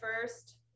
first